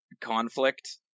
conflict